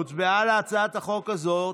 בעד, 42,